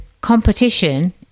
competition